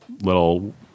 little